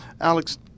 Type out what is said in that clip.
Alex